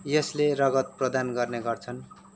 यसले रगत प्रदान गर्ने गर्छन्